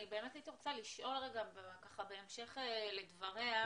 אני רוצה לשאול בהמשך לדבריה,